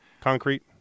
Concrete